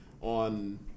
on